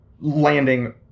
Landing